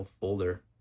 folder